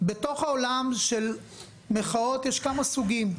בתוך העולם של מחאות יש כמה סוגים.